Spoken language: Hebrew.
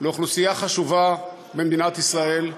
לאוכלוסייה חשובה במדינת ישראל,